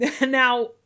Now